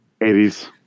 80s